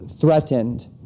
threatened